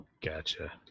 Gotcha